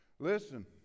Listen